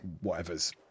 whatever's